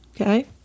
Okay